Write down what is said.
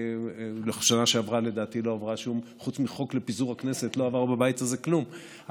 בשנה שעברה לדעתי לא עבר בבית הזה כלום,